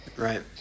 Right